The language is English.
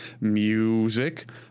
Music